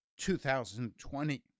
2020